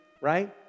right